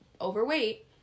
overweight